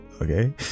okay